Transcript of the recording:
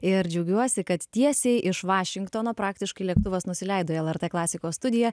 ir džiaugiuosi kad tiesiai iš vašingtono praktiškai lėktuvas nusileido į lrt klasikos studiją